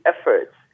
efforts